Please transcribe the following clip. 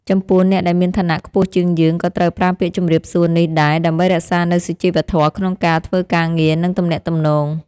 ចំពោះអ្នកដែលមានឋានៈខ្ពស់ជាងយើងក៏ត្រូវប្រើពាក្យជម្រាបសួរនេះដែរដើម្បីរក្សានូវសុជីវធម៌ក្នុងការធ្វើការងារនិងទំនាក់ទំនង។